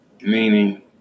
meaning